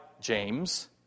James